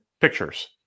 pictures